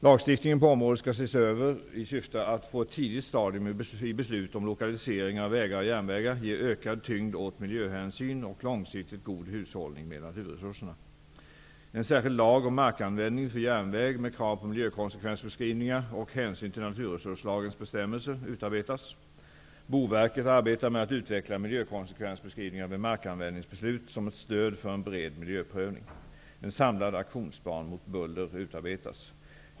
En särskild lag om markanvändning för järnväg med krav på miljökonsekvensbeskrivningar och hänsyn till naturresurslagens bestämmelser utarbetas. * Boverket arbetar med att utveckla miljökonsekvensbeskrivningar vid markanvändningsbeslut som ett stöd för en bred miljöprövning. En samlad aktionsplan mot buller utarbetas.